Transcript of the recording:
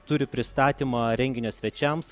turi pristatymą renginio svečiams